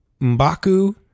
M'Baku